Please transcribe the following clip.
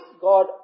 God